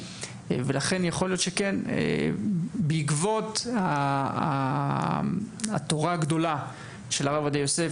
לכן יכול להיות שכן בעקבות התורה הגדולה של הרב עובדיה יוסף,